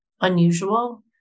unusual